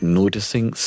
noticing